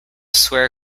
swear